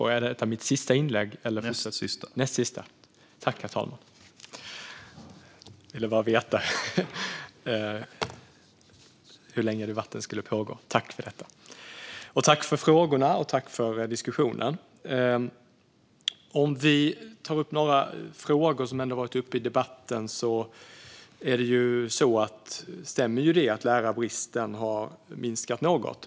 Herr talman! Tack, mina meddebattörer, för frågorna, och tack för diskussionen! Det stämmer att lärarbristen har minskat något.